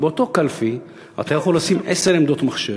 כי באותה קלפי אתה יכול לשים עשר עמדות מחשב,